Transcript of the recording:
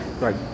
Right